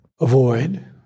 avoid